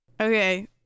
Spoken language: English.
Okay